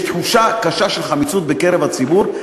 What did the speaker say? יש תחושה של חמיצות בקרב הציבור,